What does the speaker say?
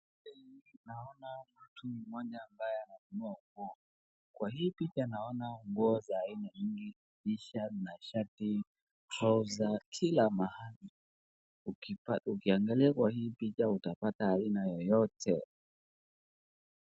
Naona mtu mmoja ambaye ananunua nguo. Kwa hii picha naona nguo za aina nyingi, t-shirt na shati trouser kila mahali, ukiangalia kwa hii picha utapata aina yoyote.